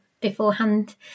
beforehand